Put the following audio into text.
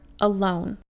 alone